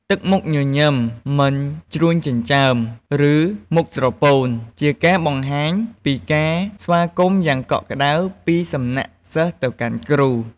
ទឹកមុខញញឹម មិនជ្រួញចិញ្ចើម ឬ មុខស្រពោន ជាការបង្ហាញពីការស្វាគមន៍យ៉ាងកក់ក្ដៅពីសំណាក់សិស្សទៅកាន់គ្រូ។